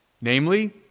namely